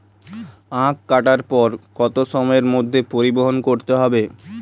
আখ কাটার পর কত সময়ের মধ্যে পরিবহন করতে হবে?